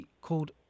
called